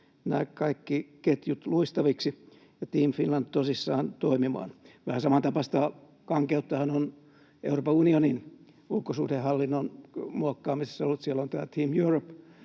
nämä kaikki ketjut luistaviksi ja Team Finland tosissaan toimimaan. Vähän samantapaista kankeuttahan on Euroopan unionin ulkosuhdehallinnon muokkaamisessa ollut. Siellä on tämä Team Europe